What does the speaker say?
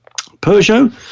Peugeot